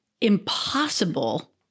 impossible